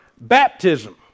baptism